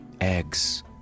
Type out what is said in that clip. Eggs